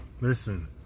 listen